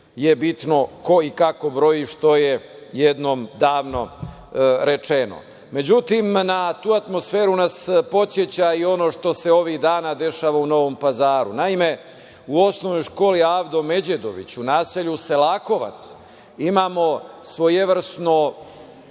je bitno ko i kako broji, što je jednom davno rečeno.Međutim, na tu atmosferu nas podseća i ono što se ovih dana dešava u Novom Pazaru. Naime, u osnovnoj školi „Avdo Međedović“ u naselju Selakovac, imamo svojevrsnu